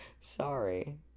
Sorry